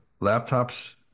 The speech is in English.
laptops